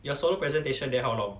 your solo presentation there how long